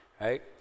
right